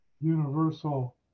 universal